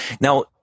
now-